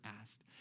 asked